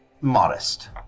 modest